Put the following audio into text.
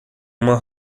uma